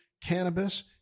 Cannabis